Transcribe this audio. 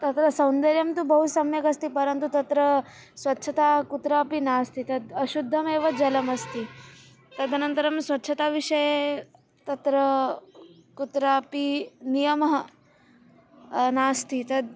तत्र सौन्दर्यं तु बहु सम्यक् अस्ति परन्तु तत्र स्वच्छता कुत्रापि नास्ति तत् अशुद्धमेव जलमस्ति तदनन्तरं स्वच्छताविषये तत्र कुत्रापि नियमः नास्ति तद्